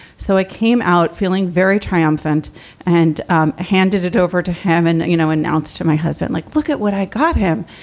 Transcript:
so it came out feeling very triumphant and um handed it over to hamman, you know, announced to my husband, like, look at what i got him.